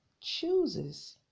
chooses